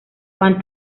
juan